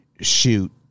shoot